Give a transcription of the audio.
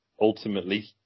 ultimately